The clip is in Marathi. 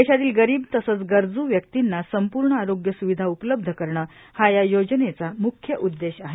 देशातील गरिब तसंच गरजू व्यक्तींवा संपूर्ण आरोव्य स्रुविधा उपलब्ध करणं हा या योजनेचा मुख्य उद्देश आहे